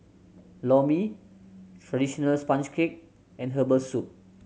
Lor Mee traditional sponge cake and herbal soup